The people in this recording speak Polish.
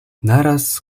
naraz